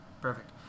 Perfect